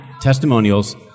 testimonials